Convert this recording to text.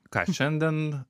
ką šiandien